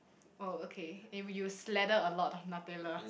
oh okay and you slather a lot of Nutella